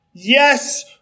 Yes